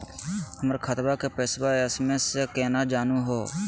हमर खतवा के पैसवा एस.एम.एस स केना जानहु हो?